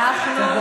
תודה.